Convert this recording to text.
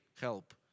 help